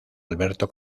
alberto